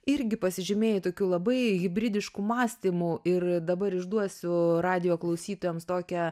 irgi pasižymėjai tokiu labai hibridiškumu mąstymu ir dabar išduosiu radijo klausytojams tokią